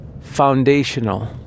foundational